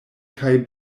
kaj